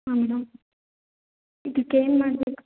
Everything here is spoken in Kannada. ಅಂ ಮೇಡಮ್ ಇದಕ್ಕೇನು ಮಾಡ್ಬೇಕು